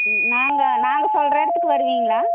நாங்கள் நாங்கள் சொல்கிற இடத்துக்கு வருவீங்களா